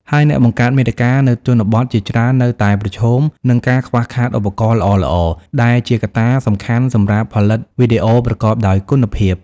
ហើយអ្នកបង្កើតមាតិកានៅជនបទជាច្រើននៅតែប្រឈមនឹង ការខ្វះខាតឧបករណ៍ល្អៗ ដែលជាកត្តាសំខាន់សម្រាប់ផលិតវីដេអូប្រកបដោយគុណភាព។